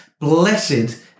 blessed